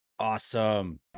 awesome